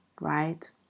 right